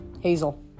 Hazel